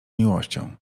miłością